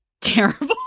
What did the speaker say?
terrible